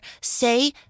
say